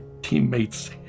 teammate's